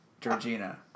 Georgina